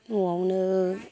न'आवनो